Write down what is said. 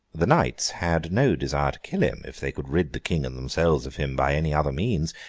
the knights had no desire to kill him, if they could rid the king and themselves of him by any other means.